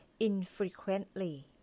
infrequently